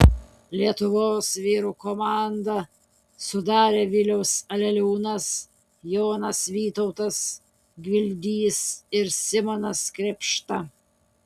lietuvos vyrų komandą sudarė vilius aleliūnas jonas vytautas gvildys ir simonas krėpšta